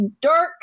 dark